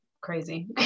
crazy